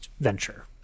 venture